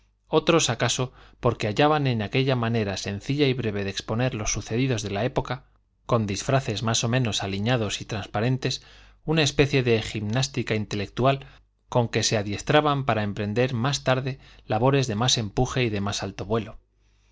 otros acaso porque hallaban en aquella manera sencilla y breve de exponer los sucedidos de la época con disfraces más o menos aliñados y transparentes una especie de gimnástica intelectual con que se adiestraban para em prender más tarde labores de mas empuje y de más alto vuelo la